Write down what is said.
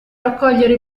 raccogliere